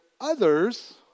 others